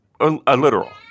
Literal